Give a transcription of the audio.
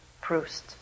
Proust